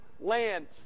land